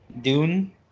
Dune